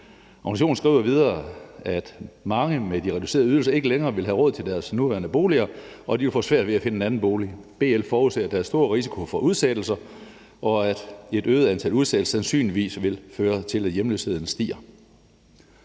Organisationen skriver videre, at mange med de reducerede ydelser ikke længere vil have råd til deres nuværende boliger, og de vil få svært ved at finde en anden bolig. BL forudser, at der er stor risiko for udsættelser, og at et øget antal udsættelser sandsynligvis vil føre til, at hjemløsheden stiger.